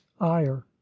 ire